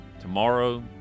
Tomorrow